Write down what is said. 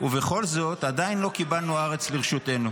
ובכל זאת עדיין לא קיבלנו הארץ לרשותנו,